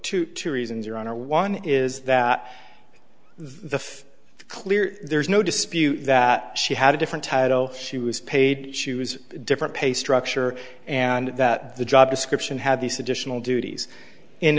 to two reasons your honor one is that the clear there's no dispute that she had a different title she was paid she was different pay structure and that the job description had these additional duties in